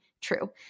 true